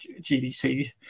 GDC